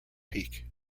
peak